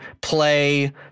play